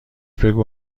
بگو